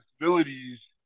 disabilities